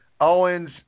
Owens